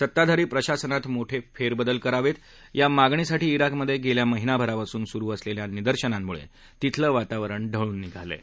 सत्ताधारी प्रशासनात मोठे फेरबदल करावेत या मागणीसाठी विकमध्ये गेल्या महिनाभरापासून सुरु असलेल्या निदर्शनांमुळे तिथलं वातावरण ढवळून निघालं आहे